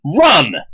run